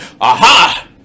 aha